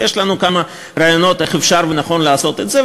ויש לנו כמה רעיונות איך אפשר ונכון לעשות את זה,